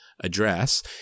address